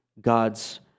God's